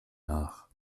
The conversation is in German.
nach